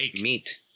meat